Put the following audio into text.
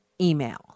email